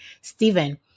Stephen